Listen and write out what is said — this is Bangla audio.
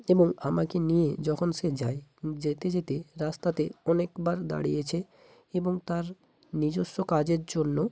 এবং আমাকে নিয়ে যখন সে যায় যেতে যেতে রাস্তাতে অনেকবার দাঁড়িয়েছে এবং তার নিজস্ব কাজের জন্য